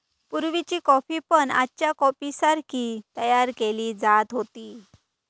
पुर्वीची कॉफी पण आजच्या कॉफीसारखी तयार केली जात होती